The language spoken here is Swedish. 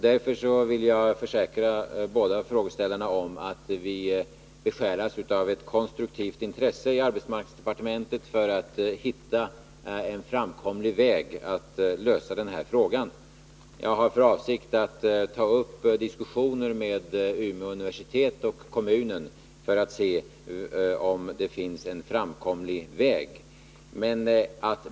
Därför vill jag försäkra båda frågeställarna att vi besjälas av ett konstruktivt intresse inom arbetsmarknadsdepartementet att hitta en framkomlig väg för att lösa den här frågan. Jag har för avsikt att ta upp diskussioner med Umeå universitet och med kommunen för att se om det finns en framkomlig väg.